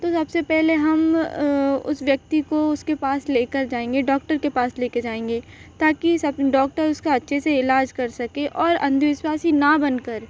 तो सबसे पहले हम उस व्यक्ति को उसके पास लेकर जाएँगे डॉक्टर के पास लेके जाएँगे ताकि सब डॉक्टर उसका अच्छे से इलाज कर सके और अंधविश्वासी ना बनकर